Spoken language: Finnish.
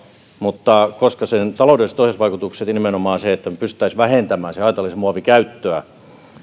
mutta koska sen taloudelliset ohjausvaikutukset ovat niin merkittäviä nimenomaan se että me pystyisimme vähentämään sen haitallisen muovin käyttöä